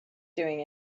doing